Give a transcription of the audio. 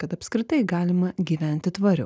kad apskritai galima gyventi tvariau